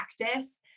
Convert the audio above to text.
practice